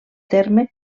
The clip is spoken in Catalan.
terme